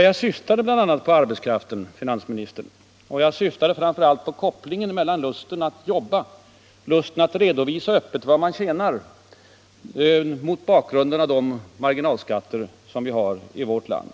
Jag syftade bl.a. på arbetskraften, finansministern, och jag syftade framför allt på kopplingen mellan lusten att jobba och att öppet redovisa vad man tjänar mot bakgrund av de marginalskatter vi har i vårt land.